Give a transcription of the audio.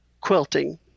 quilting